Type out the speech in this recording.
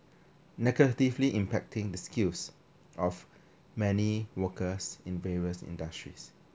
negatively impacting the skills of many workers in various industries